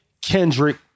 Kendrick